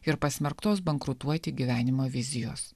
ir pasmerktos bankrutuoti gyvenimo vizijos